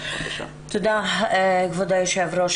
תודה כבוד היו"ר.